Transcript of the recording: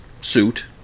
suit